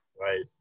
right